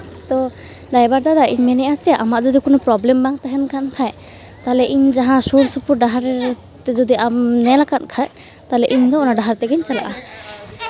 ᱛᱚ ᱰᱟᱭᱵᱷᱟᱨ ᱫᱟᱫᱟ ᱤᱧᱤᱧ ᱢᱮᱱᱮᱫᱼᱟ ᱪᱮᱫ ᱟᱢᱟᱜ ᱡᱚᱫᱤ ᱠᱳᱱᱳ ᱯᱨᱚᱵᱞᱮᱢ ᱵᱟᱝ ᱛᱟᱦᱮᱱ ᱠᱟᱱ ᱠᱷᱟᱡ ᱛᱟᱦᱚᱞᱮ ᱤᱧ ᱡᱟᱦᱟᱸ ᱥᱩᱨ ᱥᱩᱯᱩᱨ ᱥᱟᱦᱟᱨ ᱛᱮ ᱡᱩᱫᱤᱢ ᱧᱮᱞ ᱟᱠᱟᱫ ᱠᱷᱟᱡ ᱛᱟᱦᱚᱞᱮ ᱤᱧᱫᱚ ᱚᱱᱟ ᱰᱟᱦᱟᱨ ᱛᱮᱜᱮᱧ ᱪᱟᱞᱟᱜᱼᱟ